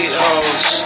hoes